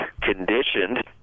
conditioned